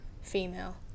female